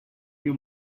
your